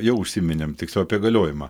jau užsiminėm tiksliau apie galiojimą